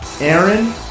Aaron